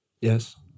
Yes